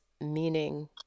meaning